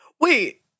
Wait